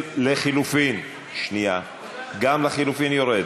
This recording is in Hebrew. לחלופין, גם לחלופין יורד,